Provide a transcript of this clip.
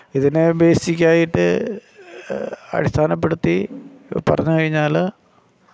ഇതിനെ ബേസിക്ക് ആയിട്ട് അടിസ്ഥാനപ്പെടുത്തി പറഞ്ഞു കഴിഞ്ഞാൽ